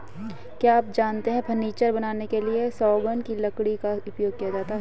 क्या आप जानते है फर्नीचर बनाने के लिए सागौन की लकड़ी का उपयोग किया जाता है